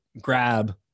grab